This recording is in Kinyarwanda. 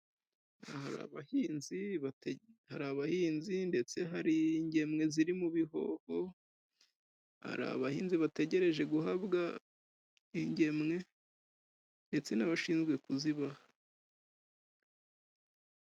Hari abahinzi bate hari abahinzi ndetse hari ingemwe ziri mu bihoho, hari abahinzi bategereje guhabwa ingemwe ndetse n'abashinzwe kuzibaha.